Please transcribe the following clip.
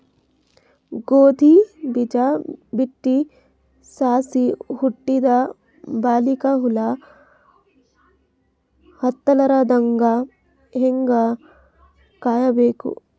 ಗೋಧಿ ಬೀಜ ಬಿತ್ತಿ ಸಸಿ ಹುಟ್ಟಿದ ಬಲಿಕ ಹುಳ ಹತ್ತಲಾರದಂಗ ಹೇಂಗ ಕಾಯಬೇಕು?